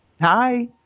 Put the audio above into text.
Hi